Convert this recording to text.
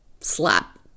slap